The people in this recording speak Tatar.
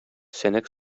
сәнәк